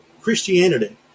Christianity